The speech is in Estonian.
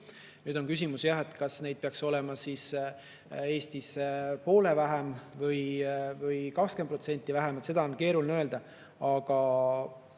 Nüüd on küsimus, kas neid peaks olema Eestis poole vähem või 20% vähem. Seda on keeruline öelda, aga